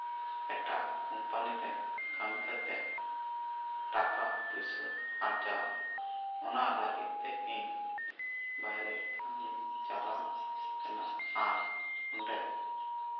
ᱮᱴᱟᱜ ᱠᱳᱢᱯᱟᱱᱤ ᱨᱮ ᱠᱟᱹᱢᱤ ᱠᱟᱛᱮ ᱴᱟᱠᱟ ᱯᱚᱭᱥᱟ ᱟᱨᱡᱟᱣ ᱚᱱᱟ ᱞᱟᱹᱜᱤᱫ ᱛᱮ ᱤᱧ ᱵᱟᱨᱭᱟ ᱠᱤᱱ ᱪᱟᱞᱟ ᱟᱱᱟ ᱟᱨ ᱚᱸᱰᱮ